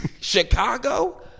Chicago